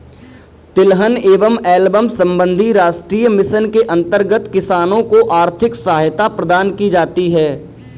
तिलहन एवं एल्बम संबंधी राष्ट्रीय मिशन के अंतर्गत किसानों को आर्थिक सहायता प्रदान की जाती है